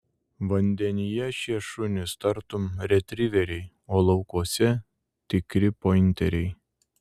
vandenyje šie šunys tartum retriveriai o laukuose tikri pointeriai